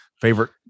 favorite